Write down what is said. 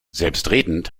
selbstredend